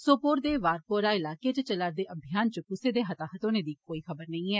सोपोर दे वारपोरा इलाके च चलारदे अभियान च कुसै दे हाताहत होने दी कोई खबर नेई ऐ